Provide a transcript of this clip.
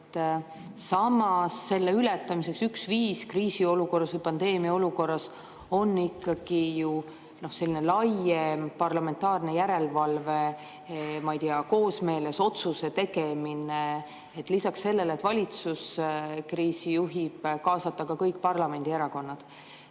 Samas, selle ületamiseks üks viis kriisi‑ või pandeemiaolukorras on ikkagi ju selline laiem parlamentaarne järelevalve, koosmeeles otsuste tegemine. Nii et lisaks sellele, et valitsus kriisi juhib, kaasataks ka kõik parlamendierakonnad.